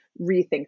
rethink